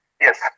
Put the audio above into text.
Yes